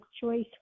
choice